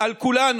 על כולנו,